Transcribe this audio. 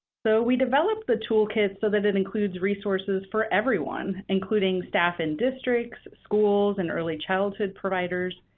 so, we developed the toolkit so that it includes resources for everyone, including staff, and districts, schools, and early childhood providers,